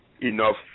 enough